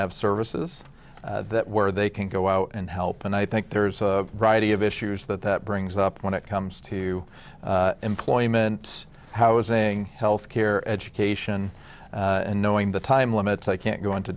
have services that where they can go out and help and i think there's a variety of issues that that brings up when it comes to employment housing health care education and knowing the time limits i can't go into